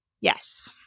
yes